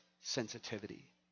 sensitivity